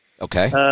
Okay